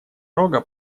рога